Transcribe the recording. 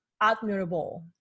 admirable